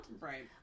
right